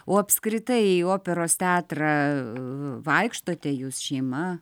o apskritai į operos teatrą vaikštote jūs šeima